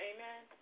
Amen